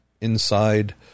inside